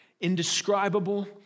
indescribable